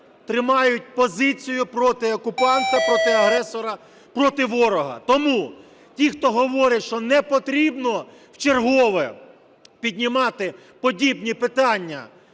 тримають позицію проти окупанта, проти агресора, проти ворога. Тому ті, хто говорять, що не потрібно вчергове піднімати подібні питання,